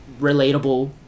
relatable